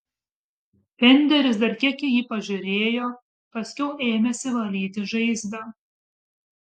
fenderis dar kiek į jį pažiūrėjo paskiau ėmėsi valyti žaizdą